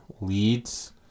leads